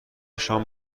شام